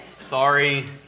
sorry